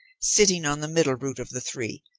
sitting on the middle root of the three,